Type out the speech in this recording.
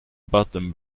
button